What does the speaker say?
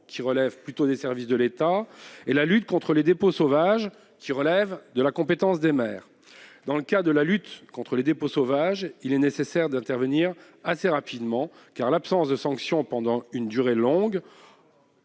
qui relèvent plutôt des services de l'État, et la lutte contre les dépôts sauvages, qui relève de la compétence des maires. Dans le cas de la lutte contre les dépôts sauvages, il est nécessaire d'intervenir assez rapidement, car l'absence de sanctions pendant une durée longue-